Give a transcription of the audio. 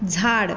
झाड